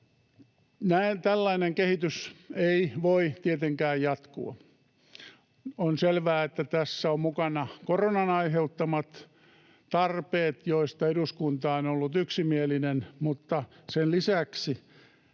Tällainen kehitys ei voi tietenkään jatkua. On selvää, että tässä ovat mukana koronan aiheuttamat tarpeet, joista eduskunta on ollut yksimielinen, mutta koronan